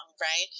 right